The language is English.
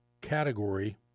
category